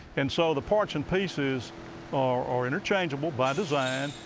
and so the parts and pieces are interchangeable by design,